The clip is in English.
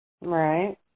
Right